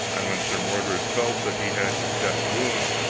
and when sir mordred felt that he had his death's wound,